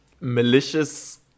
malicious